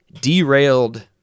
derailed